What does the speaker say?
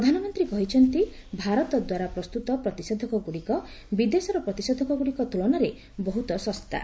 ପ୍ରଧାନମନ୍ତ୍ରୀ କହିଛନ୍ତି ଭାରତଦ୍ୱାରା ପ୍ରସ୍ତୁତ ପ୍ରତିଷେଧକଗୁଡ଼ିକ ବିଦେଶର ପ୍ରତିଷେଧକଗୁଡ଼ିକ ତୁଳନାରେ ବହୁତ ଶସ୍ତା